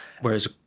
Whereas